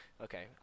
Okay